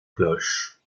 cloches